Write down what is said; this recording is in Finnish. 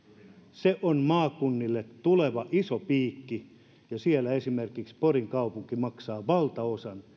se on maakunnille tuleva iso piikki ja siellä esimerkiksi porin kaupunki maksaa valtaosan